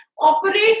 operate